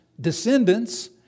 descendants